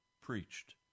preached